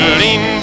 lean